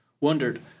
wondered